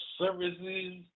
Services